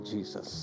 Jesus